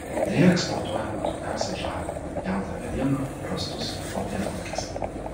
deja eksportuojame daugiausiai žaliavą pjautą medieną rąstus popiermalkes